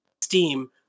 steam